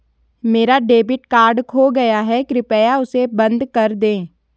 मेरा debit card खो गया है, कृपया उसे बंद कर दें